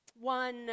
one